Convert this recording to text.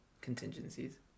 contingencies